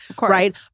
Right